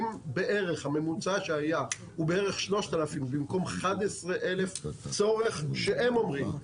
אם בערך הממוצע שהיה הוא 3,000 במקום 11,000 צורך שהם אומרים,